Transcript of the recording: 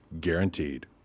guaranteed